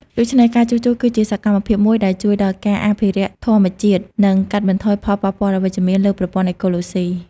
ដូច្នេះការជួសជុលគឺជាសកម្មភាពមួយដែលជួយដល់ការអភិរក្សធម្មជាតិ និងកាត់បន្ថយផលប៉ះពាល់អវិជ្ជមានលើប្រព័ន្ធអេកូឡូស៊ី។